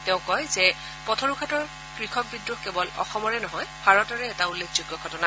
তেওঁ কয় যে পথৰুঘাটৰ পথক বিদ্ৰোহ কেৱল অসমৰে নহয় ভাৰতৰে এটা উল্লেখযোগ্য ঘটনা